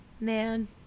man